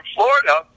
Florida